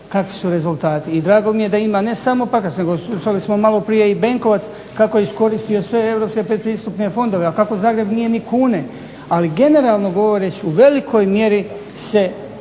kakvi su rezultati, i drago mi je da ima ne samo Pakrac, nego slušali smo maloprije i Benkovac kako je iskoristio sve europske pretpristupne fondove, a kako Zagreb nije ni kune. Ali generalno govoreći u velikoj mjeri se